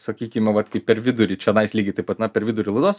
sakykime vat kaip per vidurį čionais lygiai taip pat na per vidurį laidos